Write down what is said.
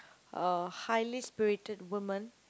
uh highly spirited woman